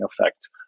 effect